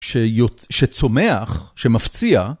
שצומח, שמפציע.